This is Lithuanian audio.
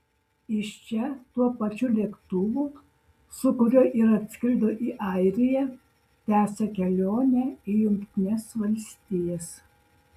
iš čia tuo pačiu lėktuvu su kuriuo ir atskrido į airiją tęsia kelionę į jungtines valstijas